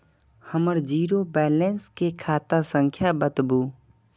हमर zero balance के खाता संख्या बतबु?